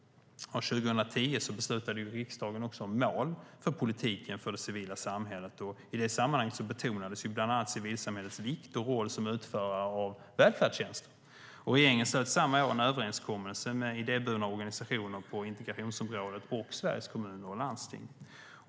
År 2010 beslutade riksdagen också om mål för politiken för det civila samhället. I det sammanhanget betonades bland annat civilsamhällets vikt och roll som utförare av välfärdstjänster. Regeringen slöt samma år en överenskommelse med idéburna organisationer på integrationsområdet och med Sveriges Kommuner och Landsting.